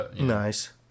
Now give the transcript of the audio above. Nice